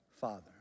father